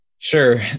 Sure